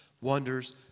wonders